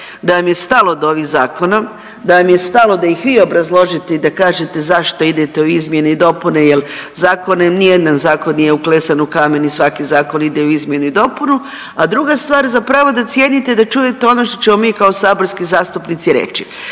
da vam je stalo do ovih zakona, da vam je stalo da ih vi obrazložite i da kažete zašto idete u izmjene i dopune jel zakon nijedan zakon nije uklesan u kamen i svaki zakon ide u izmjenu i dopunu. A druga stvar, zapravo da cijenite da čujete ono što ćemo mi kao saborski zastupnici reći,